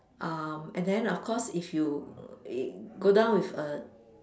um and then of course if you if go down with a